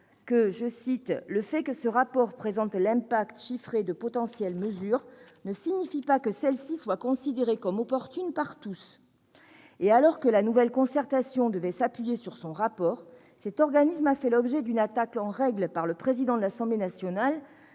précise bien :« Le fait que ce rapport présente l'impact chiffré de potentielles mesures ne signifie pas que celles-ci soient considérées comme opportunes par tous. » Alors que la nouvelle concertation devait s'appuyer sur son rapport, cet organisme a fait l'objet d'une attaque en règle par le président de l'Assemblée nationale,